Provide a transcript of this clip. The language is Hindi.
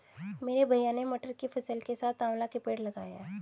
मेरे भैया ने मटर की फसल के साथ आंवला के पेड़ लगाए हैं